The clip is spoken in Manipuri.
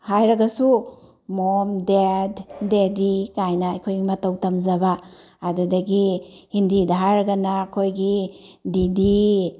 ꯍꯥꯏꯔꯒꯁꯨ ꯃꯣꯝ ꯗꯦꯠ ꯗꯦꯗꯤ ꯀꯥꯏꯅ ꯑꯩꯈꯣꯏ ꯃꯇꯧ ꯇꯝꯖꯕ ꯑꯗꯨꯗꯒꯤ ꯍꯤꯟꯗꯤꯗ ꯍꯥꯏꯔꯒꯅ ꯑꯩꯈꯣꯏꯒꯤ ꯗꯤꯗꯤ